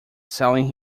selling